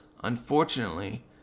Unfortunately